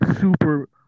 super